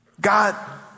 God